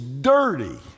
dirty